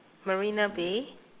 marina bay